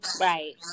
Right